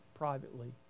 privately